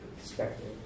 perspective